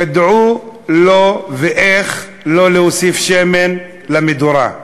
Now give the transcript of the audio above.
ידעו לא ואיך לא להוסיף שמן למדורה.